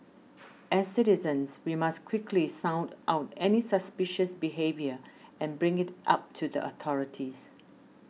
as citizens we must quickly sound out any suspicious behaviour and bring it up to the authorities